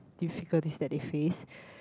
difficulties that they faced